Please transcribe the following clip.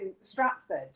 Stratford